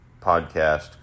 podcast